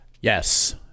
Yes